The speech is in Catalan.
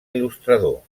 il·lustrador